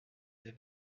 des